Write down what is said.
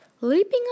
leaping